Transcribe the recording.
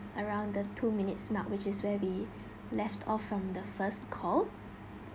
around the two minutes mark which is where we left off from the first call